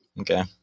Okay